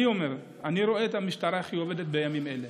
אני רואה איך המשטרה עובדת בימים האלה,